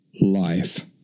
life